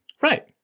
Right